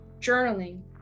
journaling